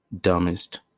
dumbest